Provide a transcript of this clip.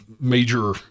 major